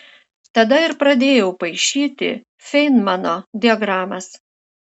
tada ir pradėjau paišyti feinmano diagramas